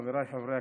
חברי הכנסת,